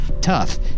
tough